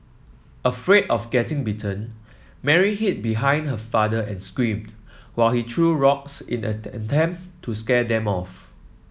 afraid of getting bitten Mary hid behind her father and screamed while he threw rocks in an attempt to scare them off